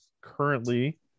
currently